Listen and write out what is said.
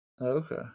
Okay